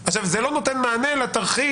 הבנתי.